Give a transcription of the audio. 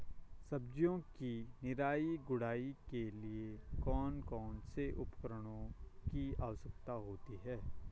सब्जियों की निराई गुड़ाई के लिए कौन कौन से उपकरणों की आवश्यकता होती है?